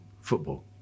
football